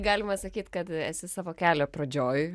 galima sakyt kad esi savo kelio pradžioj